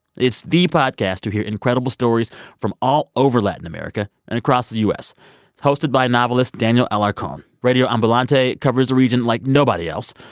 it's the podcast to hear incredible stories from all over latin america and across the u s. it's hosted by novelist daniel alarcon. radio ambulante covers the region like nobody else,